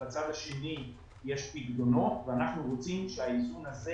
בצד השני יש פיקדונות ואנחנו רוצים שהאיזון הזה